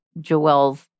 Joelle's